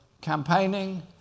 campaigning